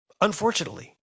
unfortunately